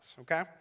okay